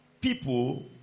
people